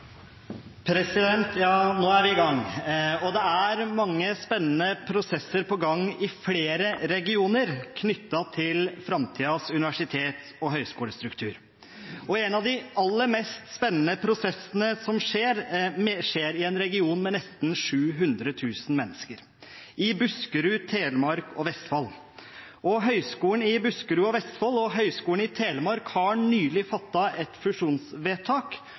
tener. Ja, nå er vi i gang, og det er mange spennende prosesser på gang i flere regioner knyttet til framtidens universitets- og høgskolestruktur. En av de aller mest spennende prosessene skjer i en region med nesten 700 000 mennesker – i Buskerud, Telemark og Vestfold. Høgskolen i Buskerud og Vestfold og Høgskolen i Telemark har nylig fattet et fusjonsvedtak,